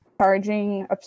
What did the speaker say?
charging